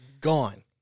gone